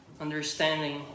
Understanding